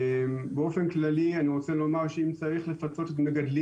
באופן כללי אני רוצה לומר שאם צריך לפצות מגדלים